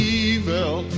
evil